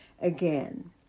Again